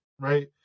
right